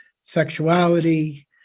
Sexuality